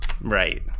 Right